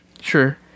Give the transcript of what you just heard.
sure